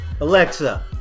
Alexa